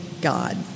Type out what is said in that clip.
God